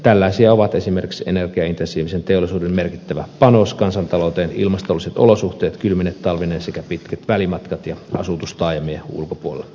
tällaisia ovat esimerkiksi energiaintensiivisen teollisuuden merkittävä panos kansantalouteen ilmastolliset olosuhteet kylmine talvineen sekä pitkät välimatkat ja asutus taajamien ulkopuolella